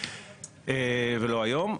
ולא היום.